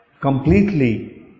completely